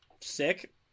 Sick